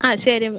ആ ശരി മെ